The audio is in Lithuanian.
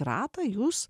ratą jūs